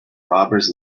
robbers